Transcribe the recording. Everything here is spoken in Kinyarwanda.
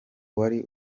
wari